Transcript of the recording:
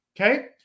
okay